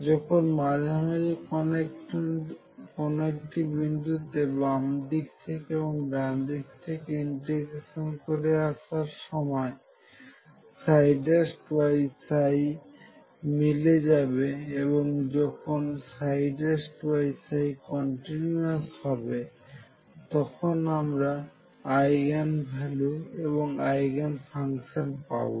যখন মাঝামাঝি কোন একটি বিন্দুতে বাম দিক থেকে এবং ডান দিক থেকে ইন্ট্রিগেশন করে আসার সময় মিলে যাবে এবং যখন কন্টিনিউয়াস হবে তখন আমরা আইগেন ভ্যালু এবং আইগেন ফাংশন পাবো